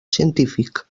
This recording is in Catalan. científic